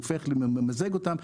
והוא ממזג אותם,